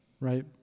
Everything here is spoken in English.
right